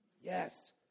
Yes